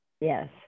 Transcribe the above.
Yes